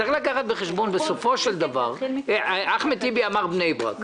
צריך לקחת בחשבון בסופו של דבר אחמד טיבי אמר: בני ברק.